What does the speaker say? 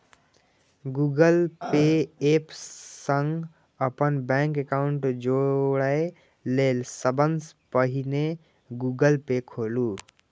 Google Pay app सं अपन bank account जोड़य लेल सबसं पहिने गूगल पे खोलू